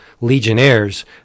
legionnaires